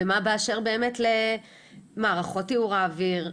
ומה באשר באמת למערכות טיהור האוויר,